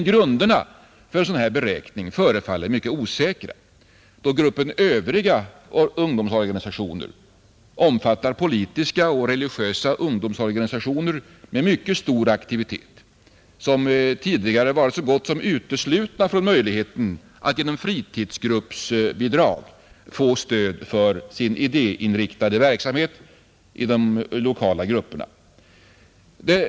Grunderna för en sådan här beräkning förefaller mycket osäkra, då gruppen övriga ungdomsorganisationer omfattar politiska och religiösa ungdomsorganisationer med mycket stor aktivitet, vilka tidigare varit så gott som uteslutna från möjligheten att genom fritidsgruppsbidrag få stöd för sin idéinriktade verksamhet i de lokala grupperna.